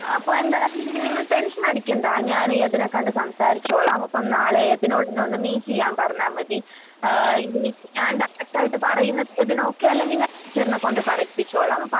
അപ്പം എന്തായാലും നിങ്ങൾ ടെൻഷനടിക്കണ്ട ഞാൻ യതിനെ കണ്ട് സംസാരിച്ചോളാം അപ്പം നാളെ യതിനോട് എന്നെ ഒന്ന് മീറ്റ് ചെയ്യാൻ പറഞ്ഞാൽ മതി ഞാൻ ഡയറക്റ്റായിട്ട് പറയുന്നതിൽ യതിനോക്കെ അല്ലെങ്കിൽ ഞാൻ ടീച്ചറിനെക്കൊണ്ട് പറയിപ്പിച്ചോളാൻ അപ്പം